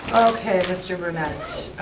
okay, mr. brunette,